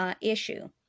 issue